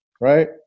Right